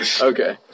Okay